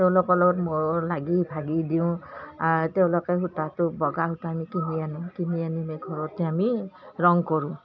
তেওঁলোকৰ লগত ময়ো লাগি ভাগি দিওঁ তেওঁলোকে সূতাটো বগা সূতা আমি কিনি আনো কিনি আনি ঘৰতে আমি ৰং কৰোঁ